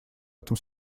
этом